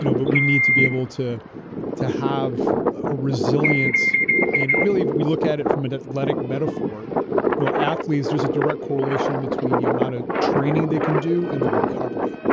you know but we need to be able to to have a resilience and really we look at it from an athletic metaphor you know athletes, there's a direct correlation between the amount of training they can do and the recovery.